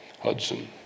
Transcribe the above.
hudson